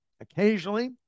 occasionally